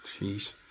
jeez